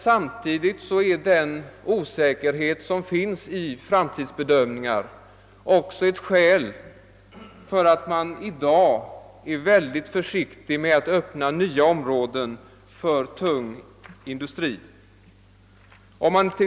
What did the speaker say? Samtidigt är emellertid osäkerheten vid framtidsbedömningar också ett skäl att i dag vara mycket försiktig vid öppnandet av nya områden för tung industri.